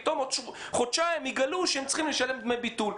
יגלו פתאום עוד חודשיים שהם צריכים לשלם דמי ביטול.